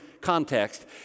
context